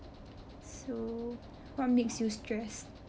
so what makes you stressed